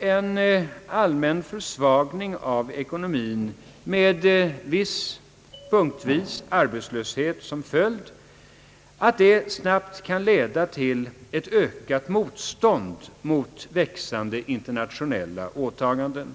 en allmän försvagning av ekonomin med viss punktvis arbetslöshet som följd, snabbt kan leda till ett ökat motstånd mot växande internationella åtaganden.